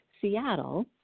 Seattle